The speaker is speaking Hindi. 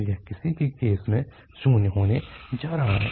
तो यह किसी भी केस में शून्य होने जा रहा है